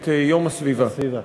את יום הסביבה.